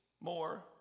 more